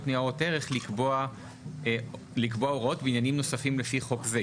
ניירות ערך לקבוע הוראות בעניינים נוספים לפי חוק זה,